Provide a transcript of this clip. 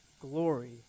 glory